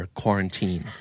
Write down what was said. quarantine